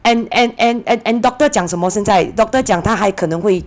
and and and and and doctor 讲什么现在 doctor 讲她还可能会